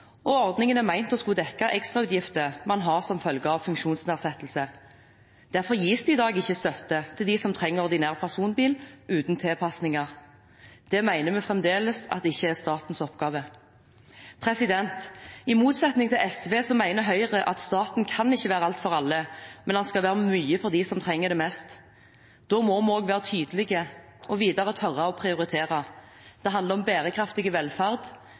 og ordningen er ment å skulle dekke ekstrautgifter man har som følge av funksjonsnedsettelse. Derfor gis det i dag ikke støtte til dem som trenger ordinær personbil uten tilpasninger. Det mener vi fremdeles ikke er statens oppgave. I motsetning til SV mener Høyre at staten ikke kan være alt for alle, men den skal være mye for dem som trenger det mest. Da må vi også være tydelige og videre tørre å prioritere. Det handler om bærekraftig velferd.